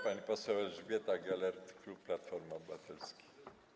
Pani poseł Elżbieta Gelert, klub Platformy Obywatelskiej.